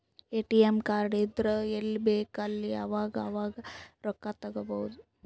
ATM card ಇದ್ದುರ್ ಎಲ್ಲಿ ಬೇಕ್ ಅಲ್ಲಿ ಯಾವಾಗ್ ಅವಾಗ್ ರೊಕ್ಕಾ ತೆಕ್ಕೋಭೌದು